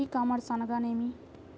E commerce అనగానేమి?